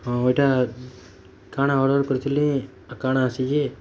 ହଁ ଏଟା କାଣା ଅର୍ଡ଼ର୍ କରିଥିଲି ଆ କାଣା ଆସିଛି